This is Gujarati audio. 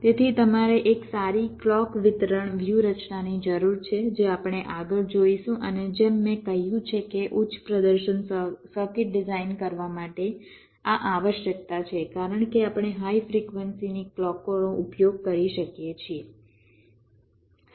તેથી તમારે એક સારી ક્લૉક વિતરણ વ્યૂહરચનાની જરૂર છે જે આપણે આગળ જોઈશું અને જેમ મેં કહ્યું છે કે ઉચ્ચ પ્રદર્શન સર્કિટ ડિઝાઇન કરવા માટે આ આવશ્યકતા છે કારણ કે આપણે હાઈ ફ્રિક્વન્સીની ક્લૉકોનો ઉપયોગ કરી શકીએ છીએ